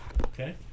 Okay